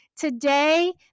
Today